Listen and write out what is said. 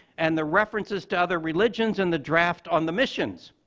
and the references to other religions in the draft on the missions.